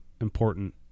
important